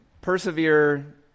persevere